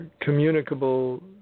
communicable